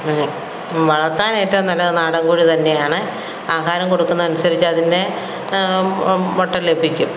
വളർത്താനായിട്ട് നല്ലത് നാടൻ കോഴി തന്നെയാണ് ആഹാരം കൊടുക്കുന്നതനുസരിച്ച് അതിൻ്റെ മുട്ട ലഭിക്കും